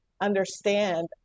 understand